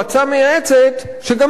שגם היא מאנשי משרד התשתיות.